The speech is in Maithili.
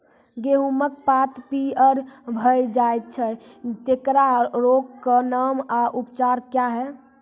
गेहूँमक पात पीअर भअ जायत छै, तेकरा रोगऽक नाम आ उपचार क्या है?